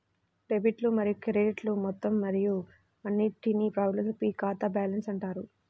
డెబిట్లు మరియు క్రెడిట్లు మొత్తం మరియు అన్నింటినీ కలిపి ఖాతా బ్యాలెన్స్ అంటారు